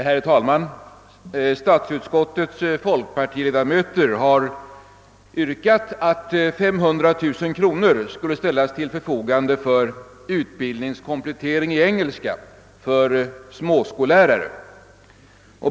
Herr talman! Statsutskottets folkpartiledamöter har yrkat att 500 000 kronor skulle ställas till förfogande för utbildningskomplettering i engelska för små skollärare.